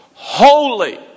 Holy